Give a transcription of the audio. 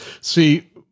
see